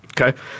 Okay